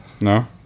No